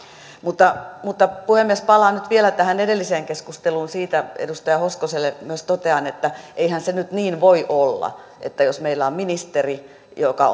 mutta mutta puhemies palaan nyt vielä tähän edelliseen keskusteluun siitä edustaja hoskoselle myös totean että eihän se nyt niin voi olla että meillä on ministeri joka